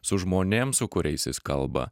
su žmonėm su kuriais jis kalba